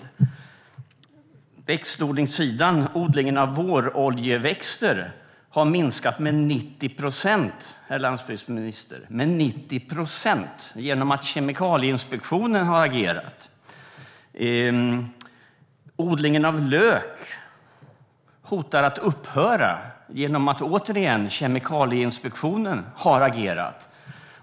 På växtodlingssidan har odlingen av våroljeväxter minskat med 90 procent, herr landsbygdsminister - 90 procent! - på grund av Kemikalieinspektionens agerande. Odlingen av lök står inför hotet att upphöra, återigen på grund av Kemikalieinspektionens agerande.